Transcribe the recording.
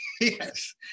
yes